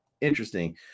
Interesting